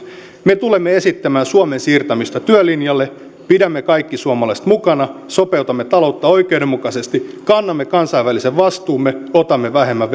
me tulemme esittämään suomen siirtämistä työlinjalle pidämme kaikki suomalaiset mukana sopeutamme taloutta oikeudenmukaisesti kannamme kansainvälisen vastuumme otamme vähemmän